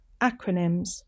Acronyms